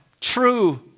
true